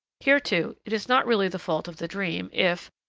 here, too, it is not really the fault of the dream, if,